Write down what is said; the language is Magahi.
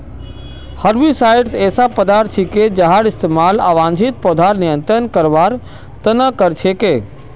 हर्बिसाइड्स ऐसा पदार्थ छिके जहार इस्तमाल अवांछित पौधाक नियंत्रित करवार त न कर छेक